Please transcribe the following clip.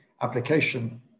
application